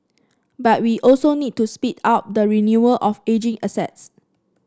but we also need to speed up the renewal of ageing assets